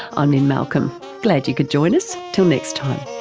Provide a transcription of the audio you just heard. i'm lynne malcolm glad you could join us till next time